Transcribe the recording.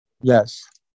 Yes